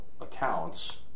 accounts